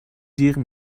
جیغ